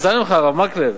הרב מקלב,